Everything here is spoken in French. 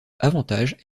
avantages